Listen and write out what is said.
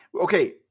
Okay